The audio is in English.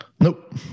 Nope